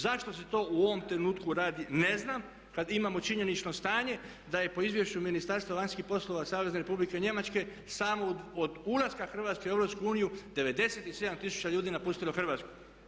Zašto se to u ovom trenutku radi ne znam, kad imamo činjenično stanje da je po izvješću Ministarstva vanjskih poslova Savezne Republike Njemačke samo od ulaska Hrvatske u EU 97000 ljudi napustilo Hrvatsku.